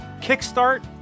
kickstart